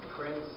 Prince